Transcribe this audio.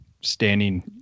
standing